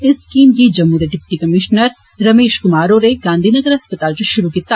इस स्कीम गी जम्मू दे डिप्टी कमीश्नर रमेश कुमार होरें गांधीगनर अस्पताल च कीती